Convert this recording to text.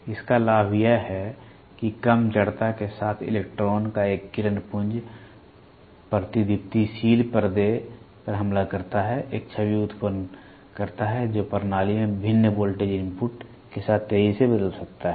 इसका लाभ यह है कि कम जड़ता के साथ इलेक्ट्रॉन का एक किरण पुंज प्रतिदीप्तिशील पर्दे पर हमला करता है एक छवि उत्पन्न करता है जो प्रणाली में भिन्न वोल्टेज इनपुट के साथ तेजी से बदल सकता है